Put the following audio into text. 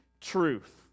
truth